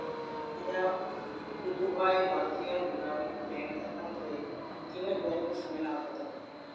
ᱤᱧᱟᱹᱜ ᱯᱩᱫᱩᱵᱷᱟᱭ Bharatiya Gramin bank account ᱨᱮ ᱛᱤᱱᱟᱹᱜ ᱵᱮᱞᱮᱱᱥ ᱢᱮᱱᱟᱜ ᱟᱠᱟᱫᱟ